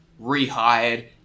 rehired